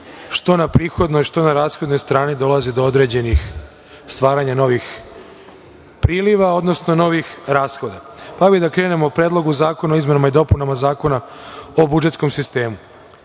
što na prihodnoj, što na rashodnoj strani, dolazi do određenih stvaranja novih priliva, odnosno novih rashoda. Krenu bih o Predlogu zakona o izmenama i dopunama Zakona o budžetskom sistemu.